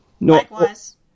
Likewise